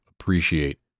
appreciate